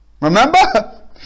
Remember